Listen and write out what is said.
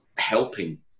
Helping